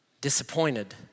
disappointed